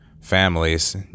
families